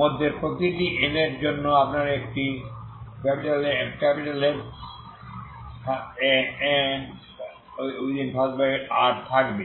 মধ্যে প্রতিটি n এর জন্য আপনার একটি Fn থাকবে